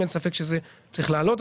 אין ספק שזה צריך לעלות.